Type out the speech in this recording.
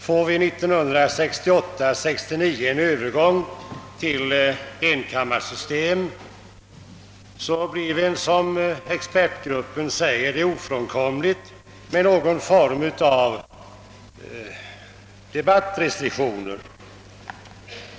Om vi 1968—1969 går över till enkammarsystem blir det väl ofrånkomligt, som expertgruppen säger, med någon form av debattrestriktioner.